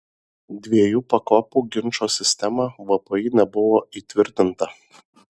dviejų pakopų ginčo sistema vpį nebuvo įtvirtinta